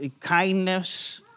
kindness